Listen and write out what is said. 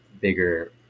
bigger